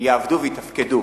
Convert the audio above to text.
יעבדו ויתפקדו,